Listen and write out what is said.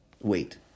Wait